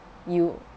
you